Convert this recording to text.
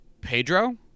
Pedro